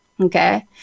okay